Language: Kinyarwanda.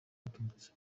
abatutsi